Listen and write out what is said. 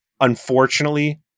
Unfortunately